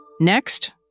Next